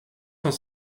cent